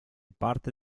parte